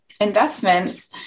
investments